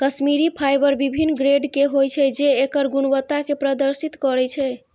Kashmiri fibre विभिन्न grade के होइ छै, जे एकर गुणवत्ता कें प्रदर्शित करै छै